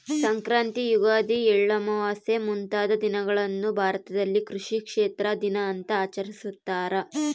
ಸಂಕ್ರಾಂತಿ ಯುಗಾದಿ ಎಳ್ಳಮಾವಾಸೆ ಮುಂತಾದ ದಿನಗಳನ್ನು ಭಾರತದಲ್ಲಿ ಕೃಷಿ ಕ್ಷೇತ್ರ ದಿನ ಅಂತ ಆಚರಿಸ್ತಾರ